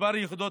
מספר יחידות